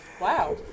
Wow